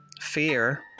fear